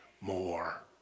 more